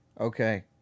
okay